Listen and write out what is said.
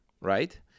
right